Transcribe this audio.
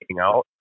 out